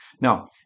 Now